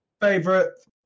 favorite